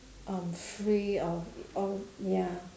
um free of all ya